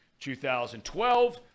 2012